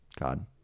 God